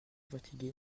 fatiguée